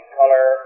color